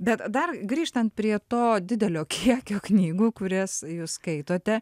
bet dar grįžtant prie to didelio kiekio knygų kurias jūs skaitote